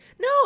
No